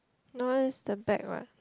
no is the back what